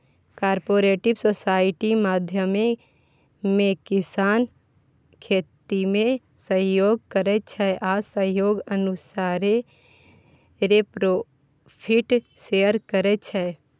cooperative society माध्यमे किसान खेतीमे सहयोग करै छै आ सहयोग अनुसारे प्रोफिट शेयर करै छै